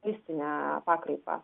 mistinę pakraipą